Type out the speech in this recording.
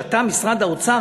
אתה משרד האוצר,